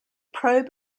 probe